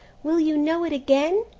will you know it again?